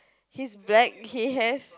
he's black he has